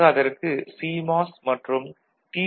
ஆக அதற்கு சிமாஸ் மற்றும் டி